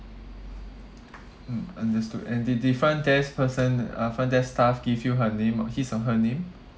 mm understood and did the front desk person uh front desk staff give you her name his or her name